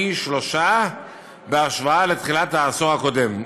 פי-שלושה בהשוואה לתחילת העשור הקודם,